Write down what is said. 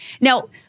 Now